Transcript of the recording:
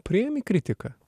priimi kritiką